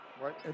Right